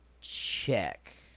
check